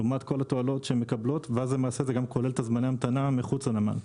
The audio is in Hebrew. כל זאת לעומת כל התועלות שמקבלות ואז זה כולל את זמני ההמתנה מחוץ לנמל.